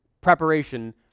preparation